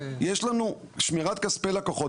יש לנו שמירת כספי לקוחות.